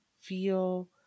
feel